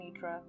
nidra